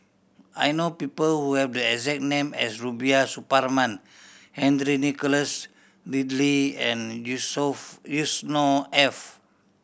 I know people who have the exact name as Rubiah Suparman Henry Nicholas Ridley and Yourself Yusnor Ef